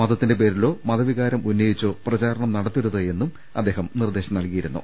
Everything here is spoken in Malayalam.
മത ത്തിന്റെ പേരിലോ മതവികാരം ഉന്നയിച്ചോ പ്രചാരണം നടത്തരു ത് എന്നും അദ്ദേഹം നിർദേശം നൽകിയിരുന്നു